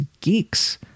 geeks